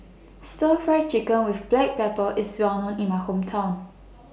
Stir Fry Chicken with Black Pepper IS Well known in My Hometown